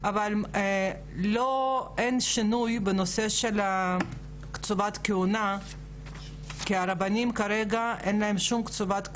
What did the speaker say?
אבל אין שינוי בנושא של קציבת הכהונה כי לרבנים כרגע אין קציבת כהונה,